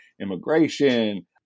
immigration